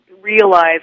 realize